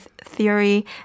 theory